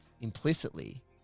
implicitly